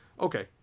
okay